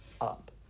up